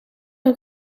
een